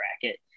bracket